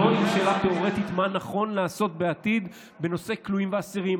לא עם שאלה תיאורטית על מה נכון לעשות בעתיד בנושא כלואים ואסירים.